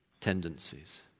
tendencies